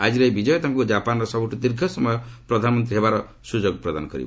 ଆଜିର ଏହି ବିଜୟ ତାଙ୍କୁ ଜାପାନର ସବୁଠୁ ଦୀର୍ଘ ସମୟ ପ୍ରଧାନମନ୍ତ୍ରୀ ହେବାର ସୁଯୋଗ ପ୍ରଦାନ କରିବ